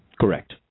Correct